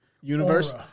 universe